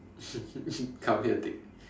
come here take